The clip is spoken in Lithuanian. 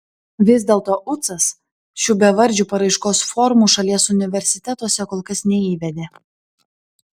vis dėlto ucas šių bevardžių paraiškos formų šalies universitetuose kol kas neįvedė